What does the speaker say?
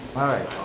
alright.